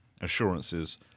assurances